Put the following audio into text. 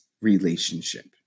relationship